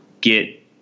get